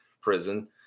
prison